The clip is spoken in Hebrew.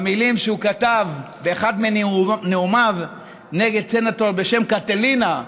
את המילים שהוא כתב באחד מנאומיו נגד סנטור בשם קטלינה.